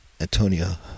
Antonia